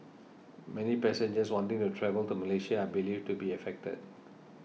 many passengers wanting to travel to Malaysia believed to be affected